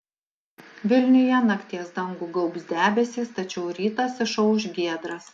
vilniuje nakties dangų gaubs debesys tačiau rytas išauš giedras